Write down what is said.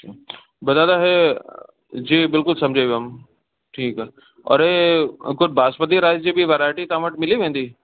पर दादा हीउ जी बिल्कुलु समुझी वियुमि ठीकु आहे और हे और कुझु बासमती राइस जी बि वैरायटी तव्हां वटि मिली वेंदी